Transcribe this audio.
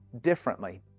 differently